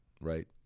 right